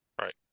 Right